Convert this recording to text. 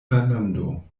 fernando